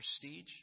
prestige